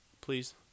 Please